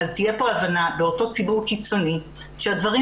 תהיה כאן הבנה של אותו ציבור קיצוני שהדברים